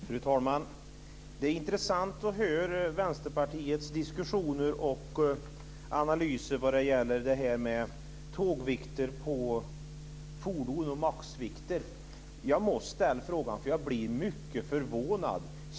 Fru talman! Det är intressant att höra Vänsterpartiets diskussioner och analyser vad gäller tågvikter och maxvikter för fordon. Jag måste ställa en fråga, för jag blir mycket förvånad.